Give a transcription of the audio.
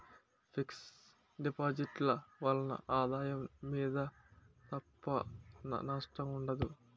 fix deposit ల వలన ఆదాయం మీద తప్ప నష్టం ఉండదు